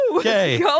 Okay